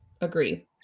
agree